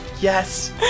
Yes